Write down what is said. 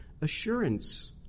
assurance